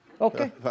Okay